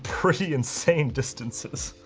pretty insane distances.